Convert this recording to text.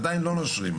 עדיין לא נושרים,